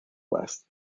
west